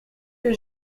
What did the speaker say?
que